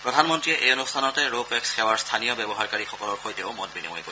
প্ৰধানমন্ত্ৰীয়ে এই অনুষ্ঠানতে ৰো পেক্স সেৱাৰ স্থানীয় ব্যৱহাৰকাৰীসকলৰ সৈতেও মত বিনিময় কৰিব